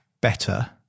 better